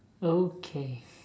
okay